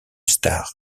star